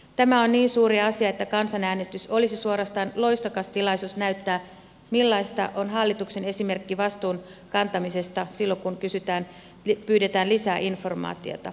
tämä on niin suuri asia että kansanäänestys olisi suorastaan loistokas tilaisuus näyttää millainen on hallituksen esimerkki vastuun kantamisesta silloin kun pyydetään lisää informaatiota